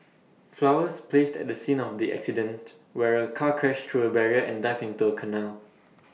flowers placed at the scene the accident where A car crashed through A barrier and dived into A canal